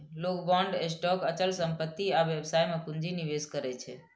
लोग bond, stock, अचल संपत्ति आ व्यवसाय मे पूंजी निवेश करै छै